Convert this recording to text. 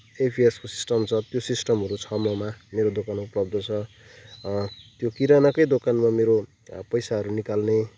एइपिएसको system छ त्यो सिस्टमहरू छ म मा मेरो दोकानमा उपलब्ध छ त्यो किरानाकै दोकानमा मेरो पैसाहरू निकाल्ने